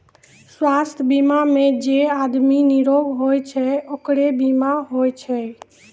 स्वास्थ बीमा मे जे आदमी निरोग होय छै ओकरे बीमा होय छै